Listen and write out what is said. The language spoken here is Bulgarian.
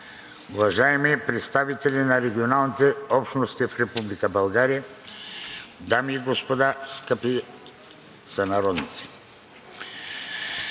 уважаеми представители на религиозните общности в Република България, дами и господа, скъпи сънародници!